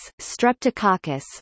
streptococcus